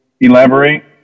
elaborate